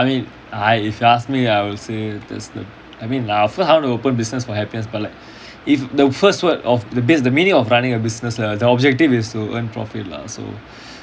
ya I mean like I mean I if you ask me I will say this but I mean I also want to open business for happiness but like if the first word of the bus~ the meaning of running a business lah the objective is to earn profit lah so